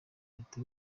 leta